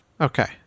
Okay